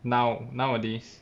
now nowadays